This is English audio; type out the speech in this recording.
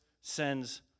sends